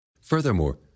Furthermore